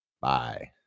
Bye